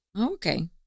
Okay